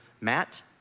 Matt